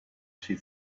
she